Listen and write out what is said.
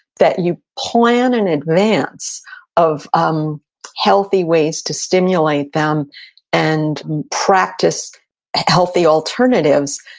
that you plan in advance of um healthy ways to stimulate them and practice healthy alternatives,